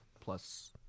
plus